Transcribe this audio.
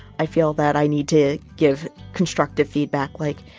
i feel that i need to give constructive feedback. like,